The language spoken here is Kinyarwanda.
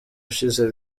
ushize